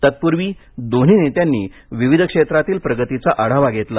तत्पूर्वी दोन्ही नेत्यांनी विविध क्षेत्रातील प्रगतीचा आढावा घेतला